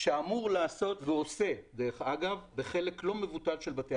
שאמור לעשות ועושה כאשר בחלק לא מבוטל של בתי